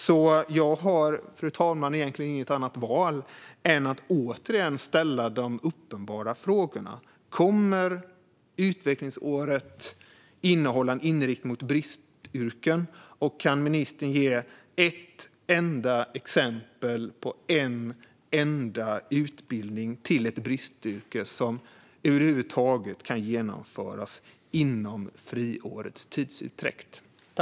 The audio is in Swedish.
Jag har därför, fru talman, egentligen inget annat val än att återigen ställa de uppenbara frågorna: Kommer utvecklingsåret att ha en inriktning mot bristyrken, och kan ministern ge ett enda exempel på en utbildning till ett bristyrke som över huvud taget kan genomföras inom friårets tidsutdräkt?